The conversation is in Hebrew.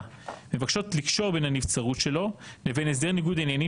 מבקשות לקשור בין הנבצרות שלו לבין הסדר ניגוד העניינים